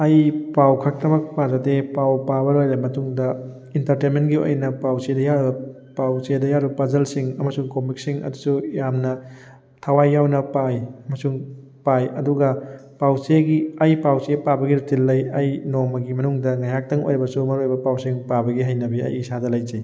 ꯑꯩ ꯄꯥꯎ ꯈꯛꯇꯃꯛ ꯄꯥꯖꯗꯦ ꯄꯥꯎ ꯄꯥꯕ ꯂꯣꯏꯔꯕ ꯃꯇꯨꯡꯗ ꯏꯟꯇꯔꯇꯦꯟꯃꯦꯟꯒꯤ ꯑꯣꯏꯅ ꯄꯥꯎꯆꯦꯗ ꯌꯥꯎꯔꯤꯕ ꯄꯥꯎꯆꯦꯗ ꯌꯥꯎꯔꯤꯕ ꯄꯥꯖꯜꯁꯤꯡ ꯑꯃꯁꯨꯡ ꯀꯣꯃꯤꯛꯁꯤꯡ ꯑꯗꯨꯁꯨ ꯌꯥꯝꯅ ꯊꯋꯥꯏ ꯌꯥꯎꯅ ꯄꯥꯏ ꯑꯃꯁꯨꯡ ꯄꯥꯏ ꯑꯗꯨꯒ ꯄꯥꯎ ꯆꯦꯒꯤ ꯑꯩ ꯄꯥꯎ ꯆꯦ ꯄꯥꯕꯒꯤ ꯔꯨꯇꯤꯜ ꯂꯩ ꯑꯩ ꯅꯣꯡꯃꯒꯤ ꯃꯅꯨꯡꯗ ꯉꯥꯏꯍꯥꯛꯇꯪ ꯑꯣꯏꯔꯕꯁꯨ ꯃꯔꯨ ꯑꯣꯏꯕ ꯄꯥꯎꯁꯤꯡ ꯄꯥꯕꯒꯤ ꯍꯩꯅꯕꯤ ꯑꯩ ꯏꯁꯥꯗ ꯂꯩꯖꯩ